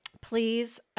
please